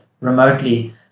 remotely